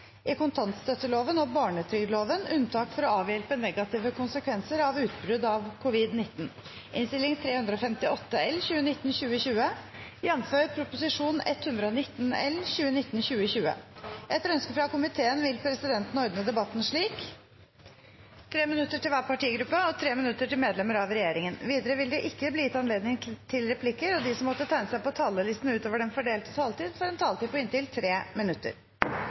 i USA og statens eieroppfølging sendes til komitébehandling. Presidenten vil komme tilbake til det under Referat. – Det anses vedtatt. Etter ønske fra næringskomiteen vil presidenten ordne debatten slik: 5 minutter til hver partigruppe og 5 minutter til medlemmer av regjeringen. Videre vil det bli gitt anledning til seks replikker med svar etter innlegg fra medlemmer av regjeringen, og de som måtte tegne seg på talerlisten utover den fordelte taletid, får en taletid på inntil 3 minutter.